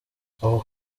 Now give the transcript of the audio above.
ako